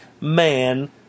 man